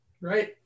Right